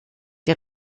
der